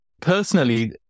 Personally